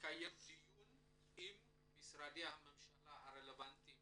לקיים דיון עם משרדי הממשלה הרלבנטיים